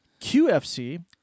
QFC